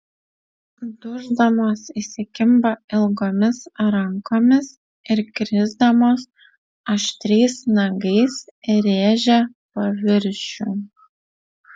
duždamos įsikimba ilgomis rankomis ir krisdamos aštriais nagais rėžia paviršių